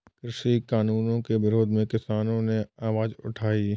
कृषि कानूनों के विरोध में किसानों ने आवाज उठाई